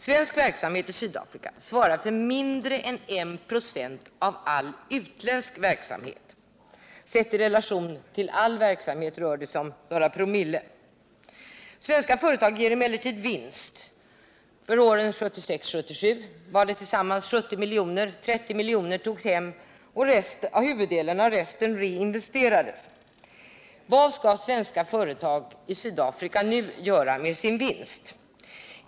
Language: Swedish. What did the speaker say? Svensk verksamhet i Sydafrika svarar för mindre än 1 96 av all utländsk verksamhet. Sett i relation till all sydafrikansk verksamhet rör det sig om några promille. Svenska företag ger emellertid vinst; för åren 1976-1977 var den tillsammans 70 miljoner. 30 miljoner togs hem, och huvuddelen av resten reinvesterades. Vad skall svenska företag i Sydafrika nu göra med sin vinst?